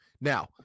Now